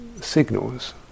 signals